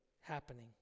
happening